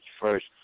first